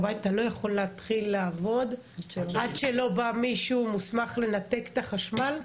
בית אתה לא יכול להתחיל לעבוד עד שלא בא מישהו מוסמך לנתק את החשמל?